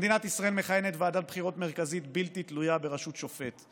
במדינת ישראל מכהנת ועדת בחירות מרכזית בלתי תלויה בראשות שופט.